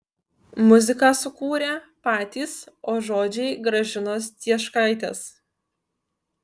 muziką sukūrė patys o žodžiai gražinos cieškaitės